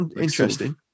interesting